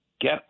get